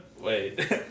Wait